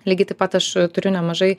lygiai taip pat aš turiu nemažai